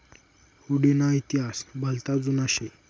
हुडी ना इतिहास भलता जुना शे